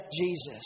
Jesus